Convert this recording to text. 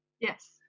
Yes